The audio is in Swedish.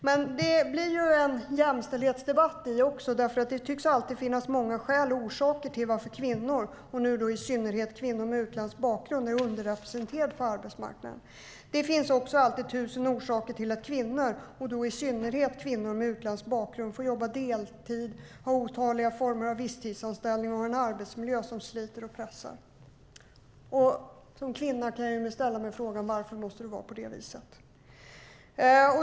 Men det blir också en jämställdhetsdebatt, för det tycks alltid finnas många skäl och orsaker till att kvinnor, och i synnerhet kvinnor med utländsk bakgrund, är underrepresenterade på arbetsmarknaden. Det finns också alltid tusen orsaker till att kvinnor, och då i synnerhet kvinnor med utländsk bakgrund, får jobba deltid, ha otaliga former av deltidsanställningar och ha en arbetsmiljö som sliter och pressar. Som kvinna kan jag ställa mig frågan: Varför måste det vara på det viset?